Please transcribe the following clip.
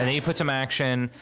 and you put some action.